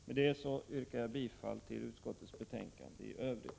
Med detta yrkar jag bifall till utskottets hemställan i övrigt.